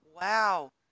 wow